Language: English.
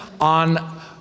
on